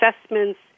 assessments